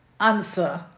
answer